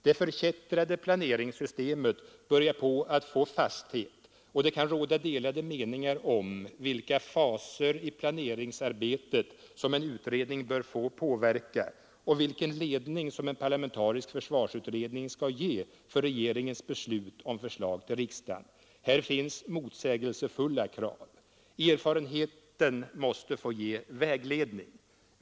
Det förkättrade planeringssystemet börjar få fasthet, och det kan råda delade meningar om vilka faser i planeringsarbetet som en utredning bör få påverka och vilken ledning som en parlamentarisk försvarsutredning skall ge för regeringens beslut och förslag till riksdagen. Här finns motsägelsefulla krav. Erfarenheten måste få ge vägledning.